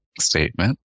statement